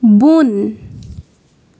بۄن